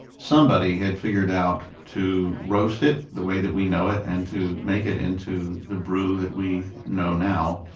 somebody had figured out to roast it the way that we know it, and to make it into the brew that we know now,